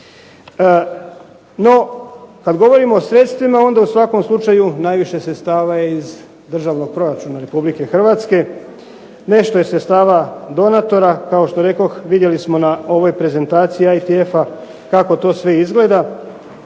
No, kad govorimo o sredstvima onda u svakom slučaju najviše sredstava je iz Državnog proračuna RH. Nešto je sredstava donatora, kao što rekoh vidjeli smo na ovoj prezentaciji ITF-a kako to sve izgleda.